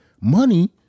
Money